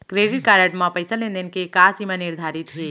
Credit card म पइसा लेन देन के का सीमा निर्धारित हे?